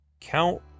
Count